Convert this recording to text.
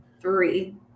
three